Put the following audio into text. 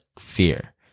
fear